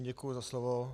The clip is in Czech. Děkuji za slovo.